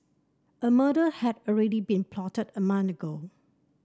a murder had already been plotted a month ago